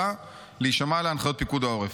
אלא להישמע להנחיות פיקוד העורף.